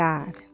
God